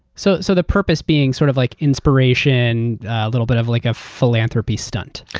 so so the purpose being sort of like inspiration, a little bit of like a philanthropy stunt.